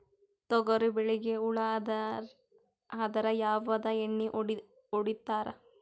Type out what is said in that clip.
ತೊಗರಿಬೇಳಿಗಿ ಹುಳ ಆದರ ಯಾವದ ಎಣ್ಣಿ ಹೊಡಿತ್ತಾರ?